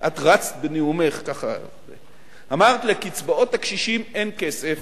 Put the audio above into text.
רצת בנאומך, אמרת: לקצבאות הקשישים אין כסף,